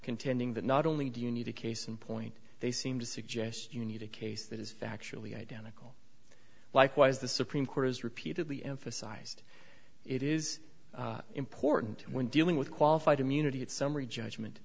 contending that not only do you need a case in point they seem to suggest you need a case that is factually identical likewise the supreme court has repeatedly emphasized it is important when dealing with qualified immunity at summary judgment